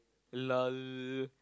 lol